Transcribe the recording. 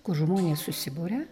kur žmonės susiburia